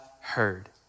heard